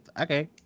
Okay